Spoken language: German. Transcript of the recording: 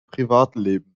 privatleben